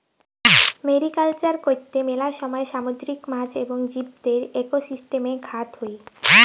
mariculture কৈত্তে মেলা সময় সামুদ্রিক মাছ এবং জীবদের একোসিস্টেমে ঘাত হই